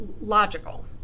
logical